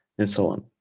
and so on.